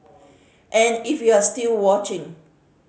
and if you're still watching